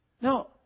No